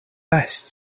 best